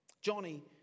Johnny